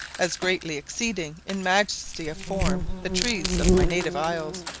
as greatly exceeding in majesty of form the trees of my native isles,